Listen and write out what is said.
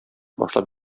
башлап